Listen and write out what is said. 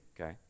okay